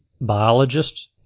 biologists